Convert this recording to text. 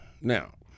Now